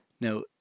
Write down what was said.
Now